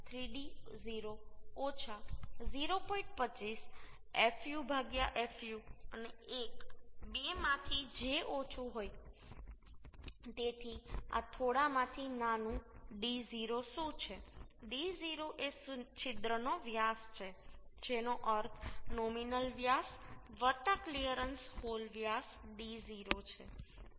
25 fub fu અને 1 બેમાંથી જે ઓછું હોય તેથી આ થોડા માંથી નાનું d0 શું છે d0 એ છિદ્રનો વ્યાસ છે જેનો અર્થ નોમિનલ વ્યાસ ક્લિયરન્સ હોલ વ્યાસ d0 છે